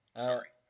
Sorry